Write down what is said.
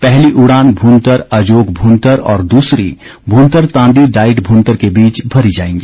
पहली उड़ान भूंतर अजोग भूंतर और दूसरी भूंतर तांदी डाईट भूंतर के बीच भरी जाएगी